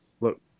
look